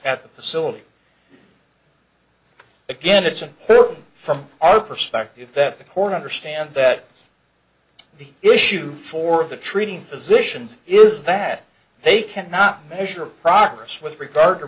at the facility again it's and from our perspective that the court understand that the issue for the treating physicians is that they cannot measure progress with regard to